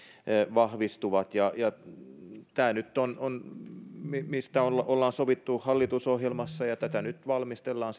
vahvistuvat tämä nyt on se mistä on sovittu hallitusohjelmassa ja tätä nyt valmistellaan